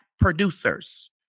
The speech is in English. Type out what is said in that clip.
producers